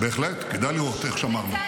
בהחלט, בהחלט, כדאי לראות איך שמרנו.